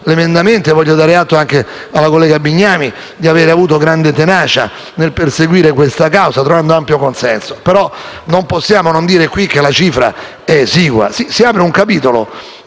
emendamento - voglio dare atto alla collega Bignami di aver avuto grande tenacia nel perseguire questa causa trovando ampio consenso - però non possiamo non dire che la cifra è esigua. Si apre un capitolo